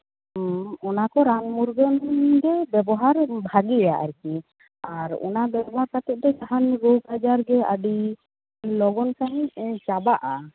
ᱚᱱᱟᱠᱚ ᱨᱟᱱ ᱢᱩᱨᱜᱟᱹᱱ ᱜᱮ ᱵᱮᱵᱚᱦᱟᱨ ᱵᱷᱟᱹᱜᱤᱭᱟ ᱟᱨᱠᱤ ᱟᱨ ᱚᱱᱟ ᱵᱮᱵᱚᱦᱟᱨ ᱠᱟᱛᱮ ᱫᱚ ᱡᱟᱦᱟᱱ ᱨᱳᱜᱽ ᱟᱡᱟᱨ ᱜᱮ ᱟᱹᱰᱤ ᱞᱚᱜᱚᱱ ᱥᱟᱺᱦᱤᱡ ᱪᱟᱵᱟᱜᱼᱟ